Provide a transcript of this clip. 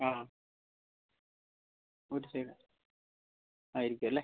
ആ ഒരു സൈഡ് ആയിരിക്കുമല്ലേ